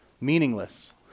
meaningless